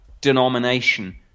denomination